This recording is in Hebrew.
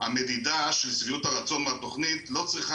המדידה של שביעות הרצון מהתכנית לא צריכה